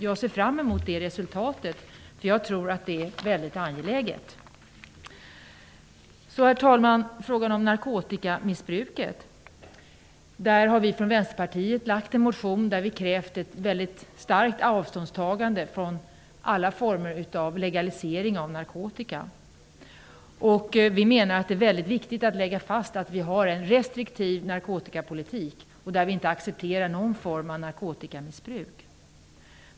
Jag ser fram mot det resultatet, därför att jag tror att detta är mycket angeläget. Herr talman! Vad gäller frågan om narkotikamissbruket har vi i Vänsterpartiet väckt en motion. Vi har krävt ett mycket starkt avståndstagande från alla former av legalisering av narkotika. Vi anser att det är mycket viktigt att lägga fast att Sverige har en restriktiv narkotikapolitik och att inte någon form av narkotikamissbruk accepteras.